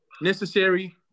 necessary